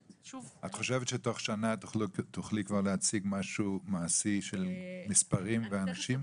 את חושבת שתוך שנה תוכלי להציג משהו מעשי של מספרים ואנשים?